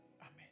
Amen